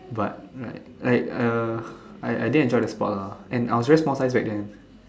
but like like uh I I didn't enjoy the sports lah and I was very small size back then